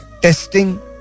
testing